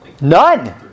none